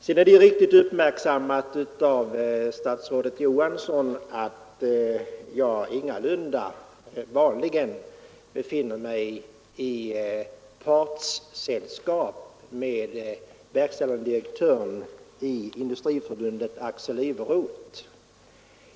Sedan är det riktigt uppmärksammat av statsrådet Johansson att jag ingalunda befinner mig i partssällskap med verkställande direktören i Industriförbundet, Axel Iveroth.